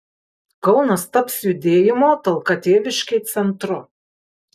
kaunas taps judėjimo talka tėviškei centru